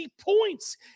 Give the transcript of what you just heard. points